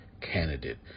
candidate